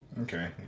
Okay